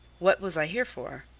what was i here for?